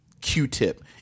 Q-Tip